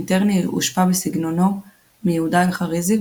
מיטרני הושפע בסגנונו מיהודה אלחריזי,